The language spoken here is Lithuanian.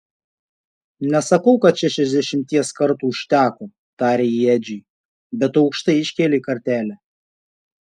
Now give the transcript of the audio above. nesakau kad šešiasdešimties kartų užteko tarė ji edžiui bet tu aukštai iškėlei kartelę